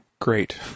great